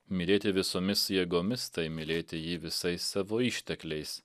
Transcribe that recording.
mylėti visomis jėgomis tai mylėti jį visais savo ištekliais